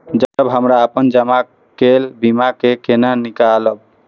जब हमरा अपन जमा केल बीमा के केना निकालब?